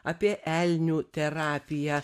apie elnių terapiją